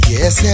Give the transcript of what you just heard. Yes